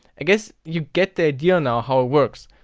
i guess you get the idea now how it works.